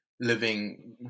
living